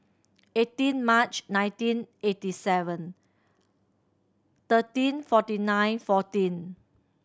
eighteen March nineteen eighty seven thirteen forty nine fourteen